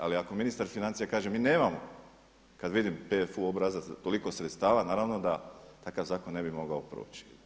Ali ako ministar financija kaže mi nemamo, kada vidim PFU obrazac, toliko sredstava naravno da takav zakon ne bi mogao proći.